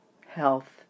health